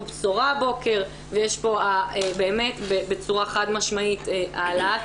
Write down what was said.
בשורה הבוקר ויש פה באמת בצורה חד משמעית העלאת